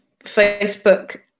Facebook